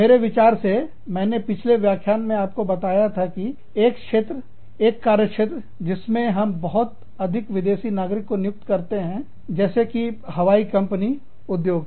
मेरे विचार से मैंने पिछले व्याख्यान में आपको बताया था कि एक क्षेत्र एक कार्यक्षेत्र जिसमें हम बहुत अधिक विदेशी नागरिकों की नियुक्ति करते हैंजैसे कि हवाई कंपनी उद्योग है